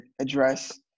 address